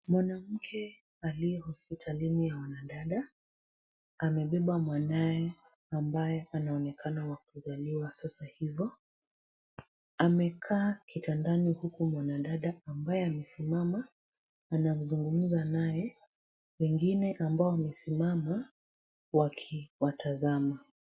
Mwanamke aliye hospitalini ya wanadada. Amebeba mwanae ambaye anaonekana wa kuzaliwa sasa hivo. Amekaa kitandani huku mwanadada ambaye amesimama anamzungumza naye. Wengine ambao wamesimama wakiwatazama.